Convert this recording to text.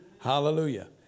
Hallelujah